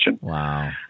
Wow